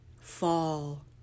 fall